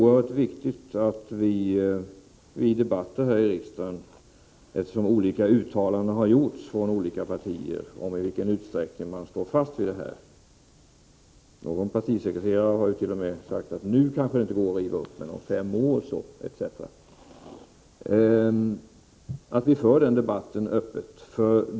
Eftersom olika uttalanden har gjorts från olika partier om i vilken utsträckning man står fast vid dessa beslut — någon partisekreterare harjut.o.m. sagt att nu kanske det inte går att riva upp besluten men om fem år etc. — tycker jag att det är oerhört viktigt att vi för debatten öppet.